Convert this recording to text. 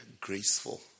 graceful